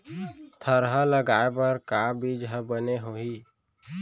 थरहा लगाए बर का बीज हा बने होही?